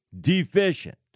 deficient